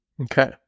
Okay